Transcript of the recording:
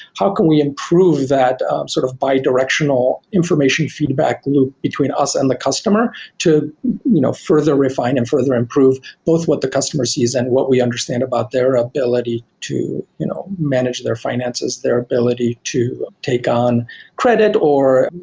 how can we improve that sort of by directional information feedback loop between us and the customer to you know further refine them, further improve both what the customers use and what we understand about their ability to you know manage their finances, their ability to take on credit or